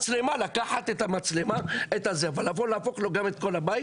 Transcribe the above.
לקחת את המצלמה וגם לבוא להפוך את כל הבית?